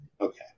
Okay